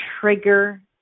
trigger